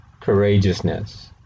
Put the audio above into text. Courageousness